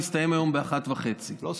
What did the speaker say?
תסתיים היום בשעה 01:30. לא סוכם.